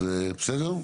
בסדר.